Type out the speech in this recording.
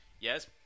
yes